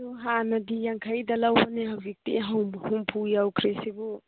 ꯑꯗꯨ ꯍꯥꯟꯅꯗꯤ ꯌꯥꯡꯈꯩꯗ ꯂꯧꯕꯅꯤ ꯍꯧꯖꯤꯛꯇꯤ ꯍꯨꯝꯐꯨ ꯌꯧꯈ꯭ꯔꯤꯁꯤꯕꯨ